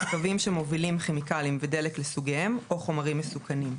קווים שמובילים כימיקלים ודלק לסוגיהם או חומרים מסוכנים,